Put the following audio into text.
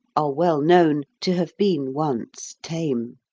are well known to have been once tame.